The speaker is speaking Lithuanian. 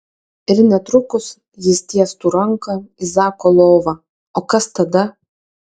ir netrukus jis tiestų ranką į zako lovą o kas tada